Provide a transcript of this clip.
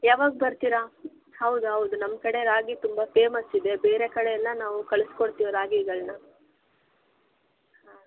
ಯಾವಾಗ ಬರ್ತೀರಾ ಹೌದೌದು ನಮ್ಮ ಕಡೆ ರಾಗಿ ತುಂಬ ಫೇಮಸ್ ಇದೆ ಬೇರೆ ಕಡೆಯೆಲ್ಲ ನಾವು ಕಳ್ಸ್ಕೊಡ್ತಿವಿ ರಾಗಿಗಳನ್ನ ಹಾಂ